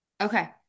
Okay